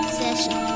session